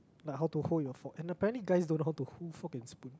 like how to hold your fork and apparently guys don't know how to hold fork and spoon